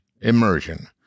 Immersion